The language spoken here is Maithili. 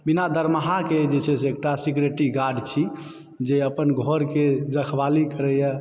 बिना दरमाहाके जे छै से एकटा सिक्युरिटि गार्ड छी जे अपन घर के रखबाली करैत यऽ